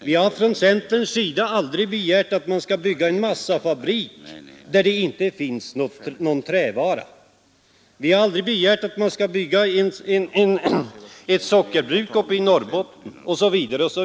Vi har från centerns sida aldrig begärt att man skall bygga en massafabrik där det inte finns någon trävara. Vi har aldrig begärt att man skall bygga ett sockerbruk i Norrbotten osv.